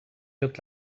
look